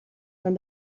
from